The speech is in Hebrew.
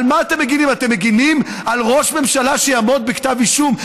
אתם מגינים על ראש ממשלה שיקבל כתב אישום?